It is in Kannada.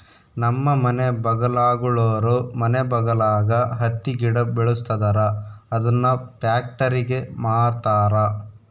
ನಮ್ಮ ಮನೆ ಬಗಲಾಗುಳೋರು ಮನೆ ಬಗಲಾಗ ಹತ್ತಿ ಗಿಡ ಬೆಳುಸ್ತದರ ಅದುನ್ನ ಪ್ಯಾಕ್ಟರಿಗೆ ಮಾರ್ತಾರ